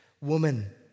Woman